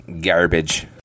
garbage